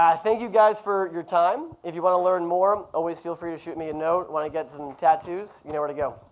thank you, guys, for your time. if you wanna learn more, always feel free to shoot me a note. wanna get some tattoos, you know where to go.